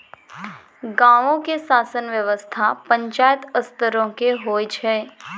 गांवो के शासन व्यवस्था पंचायत स्तरो के होय छै